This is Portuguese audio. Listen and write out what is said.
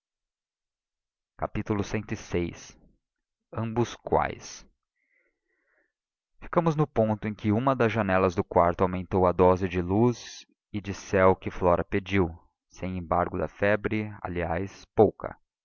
si cvi ambos quais ficamos no ponto em que uma das janelas do quarto aumentou a dose de luz e de céu que flora pediu sem embargo da febre aliás pouca